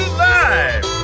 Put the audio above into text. live